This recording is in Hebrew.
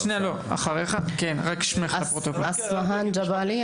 שמי אסהמאן ג׳אבלי,